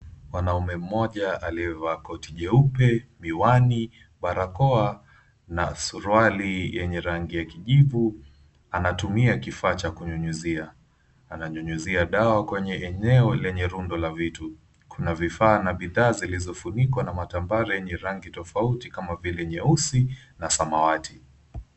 Mwanaume mmoja aliyevaa koti jeupe, miwani, barakoa na suruali yenye rangi ya kijivu anatumia kifaa cha kunyunyuzia, ananyunyuzia dawa kwenye eneo lenye rundo la vitu kuna vifaa na bidhaa zilizofunikwa na matambara yenye rangi tofauti kama vile nyeusi na samawati.